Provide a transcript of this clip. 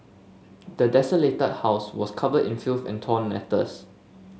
the desolated house was covered in filth and torn letters